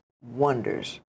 wonders